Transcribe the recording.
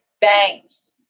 banks